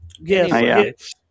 Yes